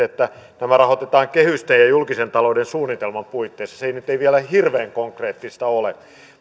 että nämä rahoitetaan kehysten ja julkisen talouden suunnitelman puitteissa se nyt ei vielä hirveän konkreettista ole